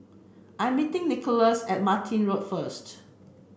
I meeting Nicholaus at Martin Road first